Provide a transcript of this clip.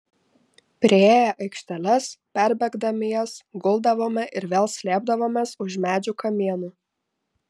priėję aikšteles perbėgdami jas guldavome ir vėl slėpdavomės už medžių kamienų